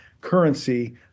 currency